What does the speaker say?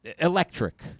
electric